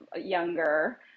younger